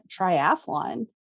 triathlon